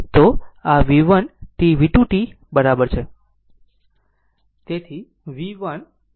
તો આ v 1 t v 2 t બરાબર છે